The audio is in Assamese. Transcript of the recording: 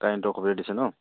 কাৰেন্টটোৱে অসুবিধা দিছে ন